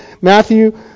Matthew